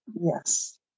Yes